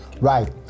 Right